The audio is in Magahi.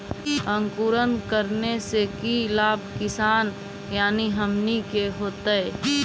अंकुरण करने से की लाभ किसान यानी हमनि के होतय?